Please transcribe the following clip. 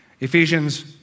Ephesians